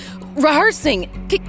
rehearsing